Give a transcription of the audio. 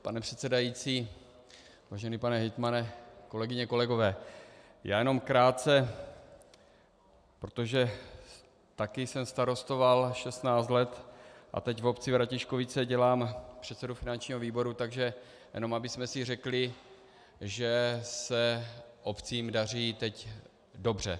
Pane předsedající, vážený pane hejtmane, kolegyně, kolegové, já jenom krátce, protože také jsem starostoval 16 let a teď v obci Ratíškovice dělám předsedu finančního výboru, takže jenom abychom si řekli, že se obcím daří teď dobře.